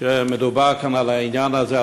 שמדובר כאן על העניין הזה,